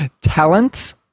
Talent